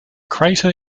crater